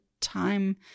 time